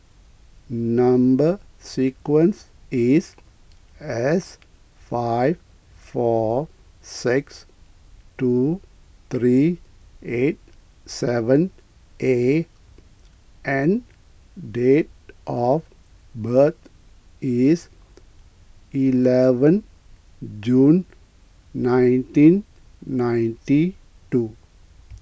Number Sequence is S five four six two three eight seven A and date of birth is eleven June nineteen ninety two